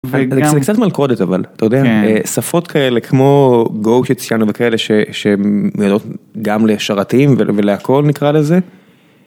זה קצת מלכודת אבל, אתה יודע שפות כאלה כמו Go שציינו וכאלה, שהם מלאות, גם לשרתים ולהכל נקרא לזה.